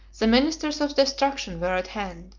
the ministers of destruction were at hand.